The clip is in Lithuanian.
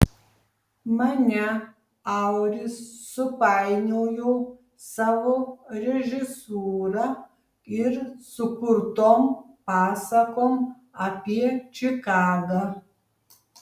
mane auris supainiojo savo režisūra ir sukurtom pasakom apie čikagą